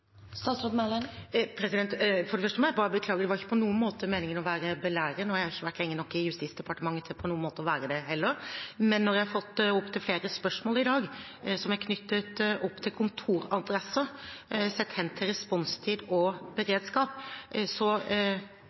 For det første må jeg bare beklage, det var ikke på noen måte meningen å være belærende, og jeg har ikke vært lenge nok i Justisdepartementet til på noen måte å være det heller, men når jeg har fått opptil flere spørsmål i dag som er knyttet til kontoradresse sett hen til responstid og beredskap,